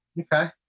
Okay